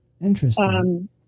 Interesting